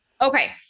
Okay